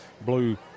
blue